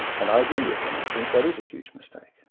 and i agree with him. i think that is a huge mistake.